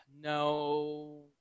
No